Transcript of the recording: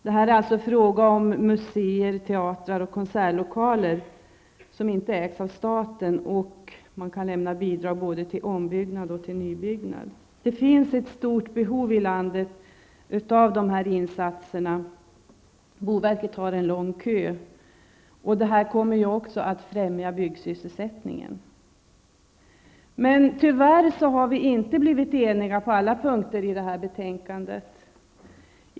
Det är alltså fråga om museer, teatrar och konsertlokaler som inte ägs av staten. Man kan lämna bidrag både till ombyggnad och till nybyggnad. Det finns ett stort behov i landet av dessa insatser. Boverket har en lång kö. Detta kommer också att främja byggsysselsättningen. Men tyvärr har vi inte blivit eniga på alla punkter i betänkandet.